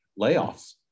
layoffs